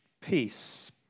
peace